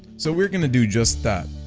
so we're going to do just that.